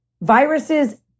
viruses